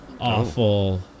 awful